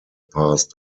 passed